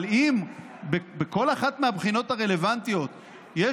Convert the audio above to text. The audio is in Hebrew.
אבל אם בכל אחת מהבחינות הרלוונטיות יש